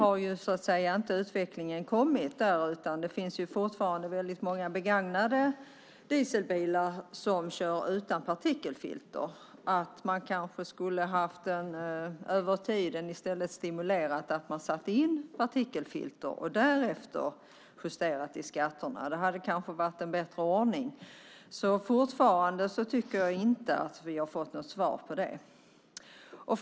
Däremot finns det fortfarande många begagnade dieselbilar utan partikelfilter. Man kanske i stället skulle ha stimulerat till att sätta in partikelfilter och därefter justerat skatterna. Det kunde ha varit en bättre ordning. Jag tycker alltså inte att vi ännu fått något svar på den frågan.